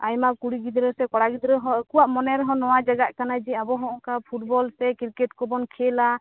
ᱟᱭᱢᱟ ᱠᱩᱲᱤ ᱜᱤᱫᱽᱨᱟ ᱥᱮ ᱠᱚᱲᱟ ᱜᱤᱫᱽᱨᱟ ᱦᱚ ᱟᱠᱚᱣᱟᱜ ᱢᱚᱱᱮ ᱨᱮᱦᱚᱸ ᱱᱚᱶᱟ ᱡᱟᱜᱟᱜ ᱠᱟᱱᱟ ᱡᱮ ᱟᱵᱚᱦᱚᱸ ᱚᱱᱠᱟ ᱯᱷᱩᱴᱵᱚᱞ ᱥᱮ ᱠᱤᱨᱠᱮᱴ ᱠᱚᱵᱚᱱ ᱠᱷᱮᱞᱟ ᱟᱨ